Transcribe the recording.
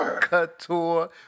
Couture